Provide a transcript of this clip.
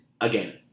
again